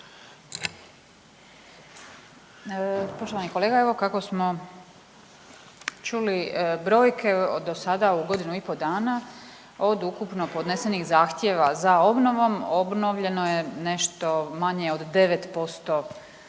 Poštovani kolega. Evo kako smo čuli brojke do sada u godinu i po dana od ukupno podnesenih zahtjeva za obnovom obnovljeno je nešto manje od 9%